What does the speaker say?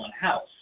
House